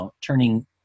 turning